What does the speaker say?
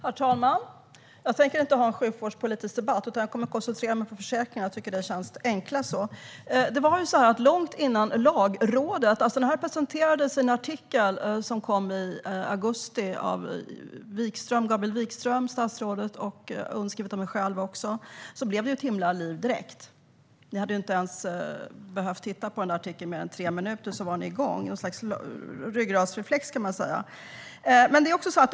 Herr talman! Jag tänkte inte föra en sjukvårdspolitisk debatt utan kommer att koncentrera mig på försäkringar. Det känns enklast så. Långt innan Lagrådet sa något presenterades detta i augusti i en artikel undertecknad av statsrådet Gabriel Wikström och mig själv. Det blev ett himla liv direkt. Ni behövde inte titta på artikeln i mer än tre minuter innan ni var igång. Man kan säga att det var en ryggradsreflex.